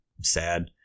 sad